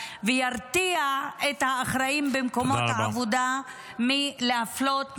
יצליח לתקן את המצב וירתיע את האחראים במקומות העבודה להפלות אנשים.